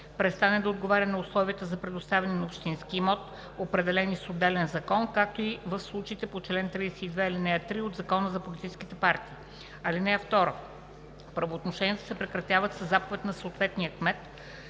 престане да отговаря на условията за предоставяне на общински имот, определени с отделен закон, както и в случаите по чл. 32, ал. 3 от Закона за политическите партии. (2) Правоотношенията се прекратяват със заповед на съответния кмет,